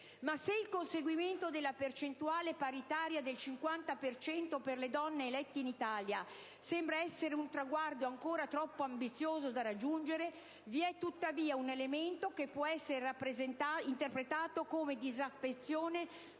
Se il conseguimento della percentuale paritaria del 50 per cento per le donne elette in Italia sembra essere un traguardo ancora troppo ambizioso da raggiungere, vi è tuttavia un elemento che può essere interpretato come disaffezione